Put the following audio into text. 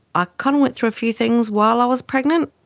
i kind of went through a few things while i was pregnant.